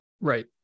right